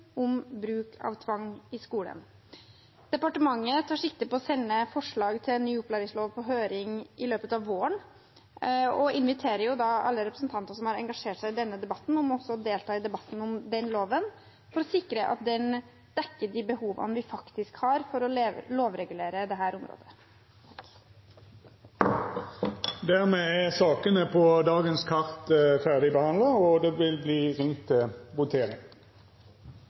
om bruk av tvang i skolen. Departementet tar sikte på å sende forslag til ny opplæringslov på høring i løpet av våren og inviterer da alle representanter som har engasjert seg i denne debatten, til også å delta i debatten om den loven, for å sikre at den dekker de behovene vi faktisk har for å lovregulere dette området. Dermed er debatten i sak nr. 6 avslutta. Stortinget går fyrst til votering over dei resterande sakene på